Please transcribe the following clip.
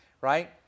Right